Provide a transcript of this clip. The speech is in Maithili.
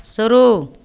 शुरू